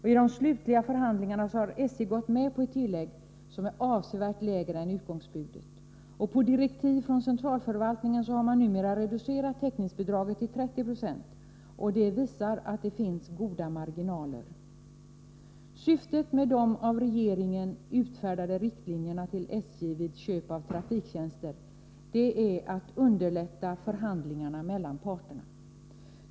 I de slutliga förhandlingarna har SJ gått med på ett tillägg som är avsevärt lägre än utgångsbudet. På direktiv från centralförvaltningen har man numera reducerat täckningsbidraget till 30 26. Det visar att det finns goda marginaler. Syftet med de av regeringen utfärdade riktlinjerna till SJ vid köp av trafiktjänster är att underlätta förhandlingarna mellan parterna.